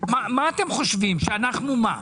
אתם חושבים, שאנחנו מה?